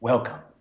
Welcome